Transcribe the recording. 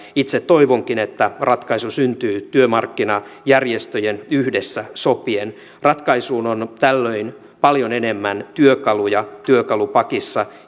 itse toivonkin että ratkaisu syntyy työmarkkinajärjestöjen yhdessä sopien ratkaisuun on tällöin paljon enemmän työkaluja työkalupakissa